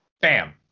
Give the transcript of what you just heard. bam